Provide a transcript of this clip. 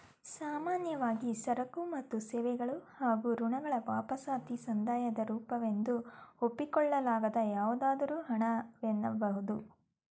ಸಾಮಾನ್ಯವಾಗಿ ಸರಕು ಮತ್ತು ಸೇವೆಗಳು ಹಾಗೂ ಋಣಗಳ ವಾಪಸಾತಿ ಸಂದಾಯದ ರೂಪವೆಂದು ಒಪ್ಪಿಕೊಳ್ಳಲಾಗದ ಯಾವುದಕ್ಕಾದರೂ ಹಣ ವೆನ್ನಬಹುದು